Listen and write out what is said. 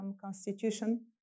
Constitution